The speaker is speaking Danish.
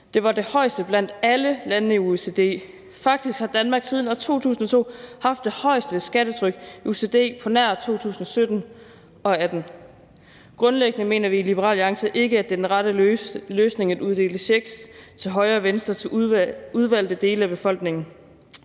Det var det højeste blandt alle landene i OECD. Faktisk har Danmark siden år 2002 haft det højeste skattetryk i OECD på nær i 2017 og 2018. Grundlæggende mener vi i Liberal Alliance ikke, at det er den rette løsning at uddele checks til højre og venstre til udvalgte dele af befolkningen.